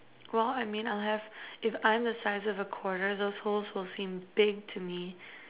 well I mean I'll have if I'm the size of a quarter those holes will seem big to me